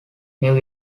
new